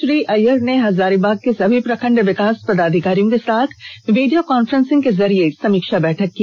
श्री अय्यर ने हजारीबाग के सभी प्रखंड विकास पदाधिकारियों के साथ विडियो कांफेसिंग के जरिये समीक्षा बैठक की